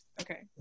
Okay